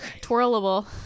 twirlable